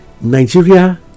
Nigeria